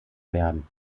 werden